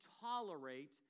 tolerate